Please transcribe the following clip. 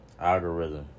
Algorithm